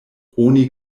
oni